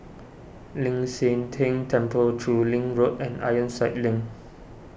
Ling San Teng Temple Chu Lin Road and Ironside Link